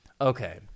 Okay